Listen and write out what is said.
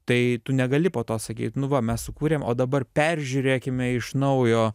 tai tu negali po to sakyt nu va mes sukūrėm o dabar peržiūrėkime iš naujo